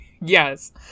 Yes